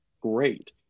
great